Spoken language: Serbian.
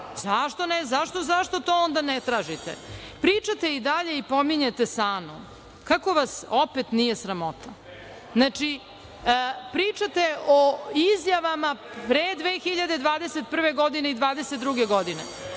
zakona? Zašto to onda ne tražite? Pričate i dalje i pominjete SANU. Kako vas opet nije sramota? Pričate o izjavama pre 2021. godine i 2022. godine.